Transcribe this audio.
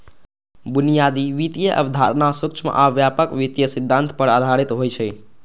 बुनियादी वित्तीय अवधारणा सूक्ष्म आ व्यापक वित्तीय सिद्धांत पर आधारित होइ छै